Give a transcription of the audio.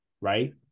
right